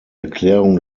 erklärung